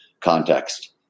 context